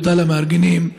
תודה למארגנים,